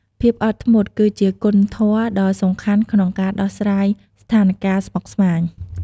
ភាពអត់ធ្មត់ គឺជាគុណធម៌ដ៏សំខាន់ក្នុងការដោះស្រាយស្ថានការណ៍ស្មុគស្មាញ។